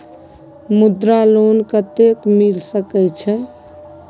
मुद्रा लोन कत्ते मिल सके छै?